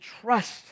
trust